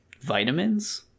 vitamins